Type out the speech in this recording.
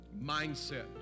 mindset